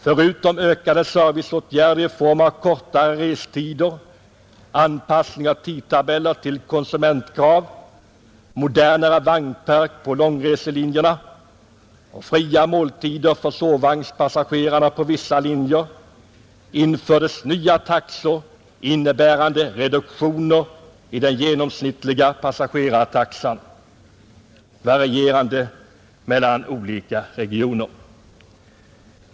Förutom ökad service i form av kortare restider, anpassning av tidtabeller till konsumentkrav, modernare vagnpark på långreselinjerna och fria måltider för sovvagnspassagerarna, på vissa linjer infördes nya taxor, innebärande reduktioner av den genomsnittliga passagerartaxan, varierande mellan olika regioner.